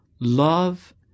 love